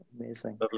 Amazing